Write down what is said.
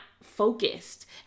focused